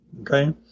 okay